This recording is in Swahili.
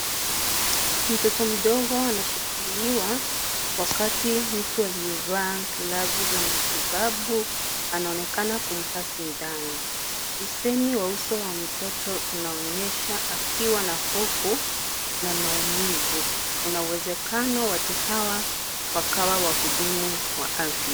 Mtoto mdogo anashikiliwa wakati mtu aliyevaa glavu za matibabu anaonekana kumpa sindano, usemi wa uso wa mtoto unaonesha akiwa na hofu, na maumivu kuna uwezekano watu hawa wakawa wahudumu wa afya.